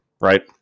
right